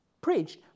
preached